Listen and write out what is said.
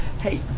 hey